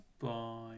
bye